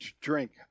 drink